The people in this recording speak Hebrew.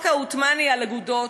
החוק העות'מאני על אגודות,